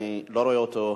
אני לא רואה אותו.